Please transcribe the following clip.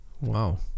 Wow